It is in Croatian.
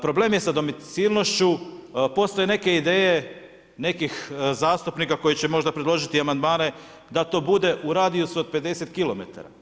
Problem je sa domicilnošću, postoje neke ideje nekih zastupnika koji će možda predložiti amandmane, da to bude u radijusu od 50 km.